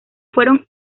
fueron